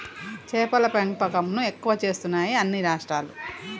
చేపల పెంపకం ను ఎక్కువ చేస్తున్నాయి అన్ని రాష్ట్రాలు